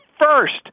first